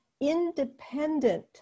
independent